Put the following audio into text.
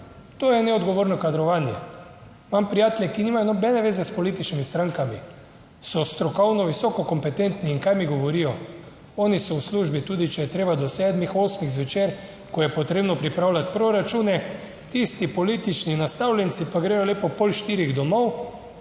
To je neodgovorno kadrovanje. Imam prijatelje, ki nimajo nobene veze s političnimi strankami, so strokovno visoko kompetentni in kaj mi govorijo, oni so v službi, tudi če je treba, do sedmih, osmih zvečer, ko je potrebno pripravljati proračune, tisti politični nastavljenci pa gredo ob pol štirih domov,